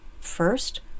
First